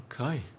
Okay